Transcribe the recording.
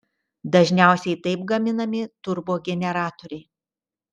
dažniausiai taip gaminami turbogeneratoriai